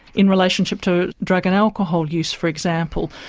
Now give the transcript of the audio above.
in relationship to drug and alcohol use for example,